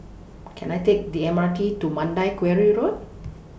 Can I Take The M R T to Mandai Quarry Road